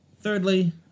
Thirdly